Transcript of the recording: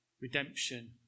redemption